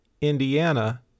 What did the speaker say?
Indiana